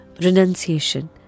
renunciation